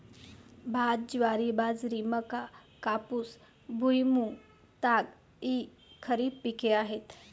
भात, ज्वारी, बाजरी, मका, कापूस, भुईमूग, ताग इ खरीप पिके आहेत